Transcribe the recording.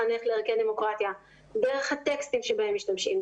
לחנך לערכי דמוקרטיה דרך הטקסטים שבהם משתמשים,